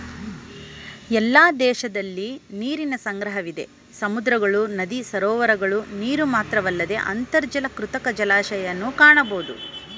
ಎಲ್ಲ ದೇಶದಲಿ ನೀರಿನ ಸಂಗ್ರಹವಿದೆ ಸಮುದ್ರಗಳು ನದಿ ಸರೋವರಗಳ ನೀರುಮಾತ್ರವಲ್ಲ ಅಂತರ್ಜಲ ಕೃತಕ ಜಲಾಶಯನೂ ಕಾಣಬೋದು